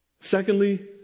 secondly